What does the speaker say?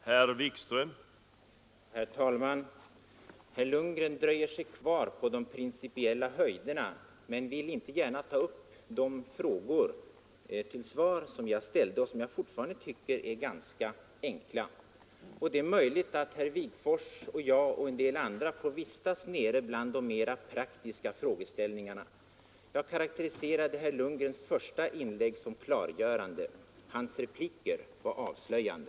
Herr talman! Herr Lundgren dröjer sig kvar på de principiella höjderna och vill inte gärna ta upp de frågor som jag ställde och som jag fortfarande tycker är ganska enkla. Det är möjligt att herr Wigforss och jag och en del andra får vistas nere bland de mera praktiska frågeställningarna. Jag karakteriserade herr Lundgrens första inlägg som klargörande. Hans repliker var avslöjande.